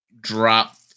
drop